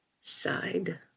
side